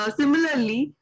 similarly